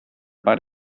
but